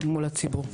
מול הציבור.